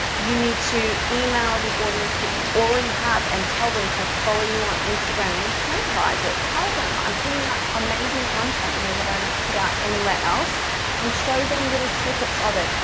you need to email the audience that you already have and tell them to follow you on instagram and incentivise it, tell them i'm putting out amazing content here that i don't put out anywhere else and show them little snippets of it,